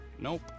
Nope